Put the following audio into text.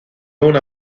una